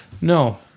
No